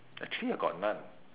actually I got none